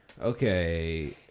Okay